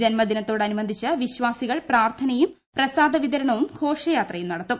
ജന്മദിനത്തോടനുബന്ധിച്ച് വിശ്വാസികൾ പ്രാർത്ഥനയും പ്രസാദ വിതരണവും ഘോഷയാത്രയും നടത്തും